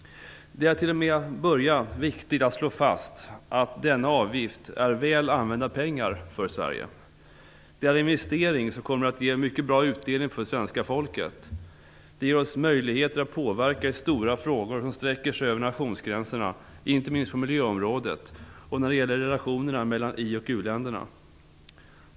Det är till att börja med viktigt att slå fast att denna avgift är väl använda pengar för Sverige. Det är en investering som kommer att ge mycket bra utdelning för svenska folket. Det ger oss möjligheter att påverka i stora frågor som sträcker sig över nationsgränserna, inte minst på miljöområdet och när det gäller relationerna mellan i och u-länderna.